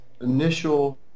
initial